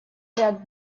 ряд